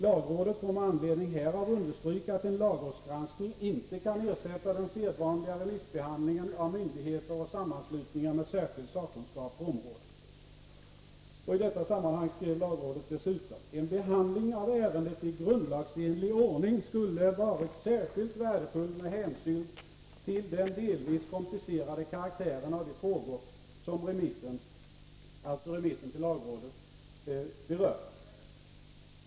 Lagrådet får med anledning härav understryka att en lagrådsgranskning inte kan ersätta den sedvanliga remissbehandlingen av myndigheter och sammanslutningar med särskild sakkunskap på området.” I detta sammanhang skrev lagrådet dessutom: ”En behandling av ärendet i grundlagsenlig ordning skulle varit särskilt värdefull med hänsyn till den delvis komplicerade karaktären av de frågor som remissen” — alltså remissen till lagrådet — ”berör.